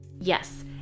Yes